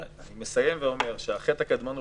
אני מסיים ואומר שהחטא הקדמון הוא